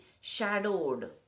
shadowed